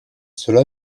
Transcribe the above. cela